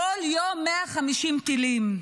כל יום 150 טילים.